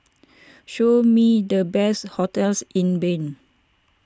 show me the best hotels in Bern